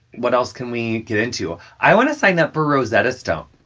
what else can we get into? i want to sign up for rosetta stone.